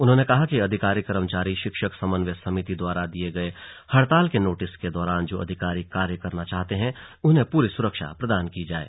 उन्होंने कहा कि अधिकारी कर्मचारी शिक्षक समन्वय समिति द्वारा दिये गये हड़ताल के नोटिस के दौरान जो अधिकारी कार्य करना चाहते हैं उन्हें पूरी सुरक्षा प्रदान की जाये